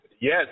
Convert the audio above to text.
Yes